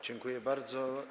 Dziękuję bardzo.